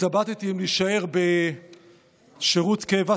התלבטתי אם להישאר בשירות קבע,